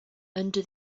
under